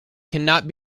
cannot